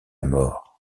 mort